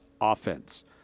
offense